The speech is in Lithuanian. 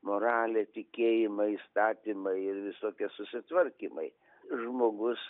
moralė tikėjimai įstatymai ir visokie susitvarkymai žmogus